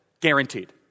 Guaranteed